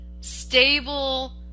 stable